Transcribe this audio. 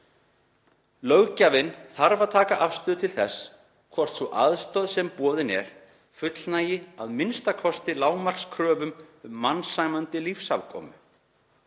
Löggjafinn þarf að taka afstöðu til þess hvort sú aðstoð sem boðin er fullnægi að minnsta kosti lágmarkskröfum um mannsæmandi lífsafkomu.